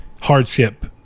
hardship